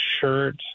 shirt